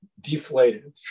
deflated